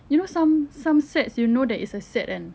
you know some some sets you know that it's a set kan